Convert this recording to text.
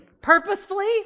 Purposefully